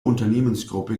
unternehmensgruppe